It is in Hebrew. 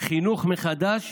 החינוך מחדש